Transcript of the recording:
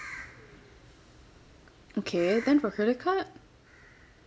okay then for credit card